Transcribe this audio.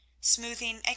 smoothing